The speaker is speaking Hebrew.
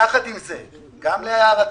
יחד עם זה, גם להערתך,